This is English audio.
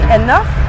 enough